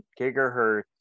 gigahertz